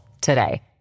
today